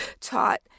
taught